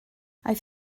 aeth